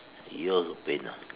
you're the winner